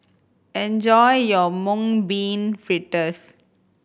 enjoy your Mung Bean Fritters